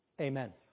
Amen